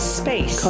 space